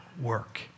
work